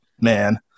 man